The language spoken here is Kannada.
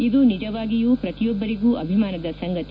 ಇದು ನಿಜವಾಗಿಯೂ ಪ್ರತಿಯೊಬ್ಲರಿಗೂ ಅಭಿಮಾನದ ಸಂಗತಿ